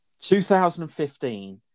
2015